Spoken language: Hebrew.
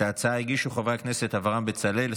את ההצעה הגישו חברי הכנסת אברהם בצלאל,